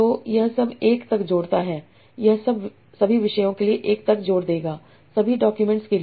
तो यह सब 1 तक जोड़ता है यह सब सभी विषयों के लिए 1 तक जोड़ देगा सभी डॉक्यूमेंट्स के लिए